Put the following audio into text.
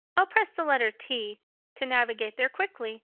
i'll press the letter t to navigate there quickly.